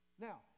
Now